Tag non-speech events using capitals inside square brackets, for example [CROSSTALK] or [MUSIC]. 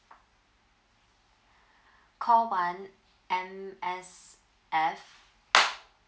[BREATH] call one M_S_F I'm at us I have